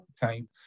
time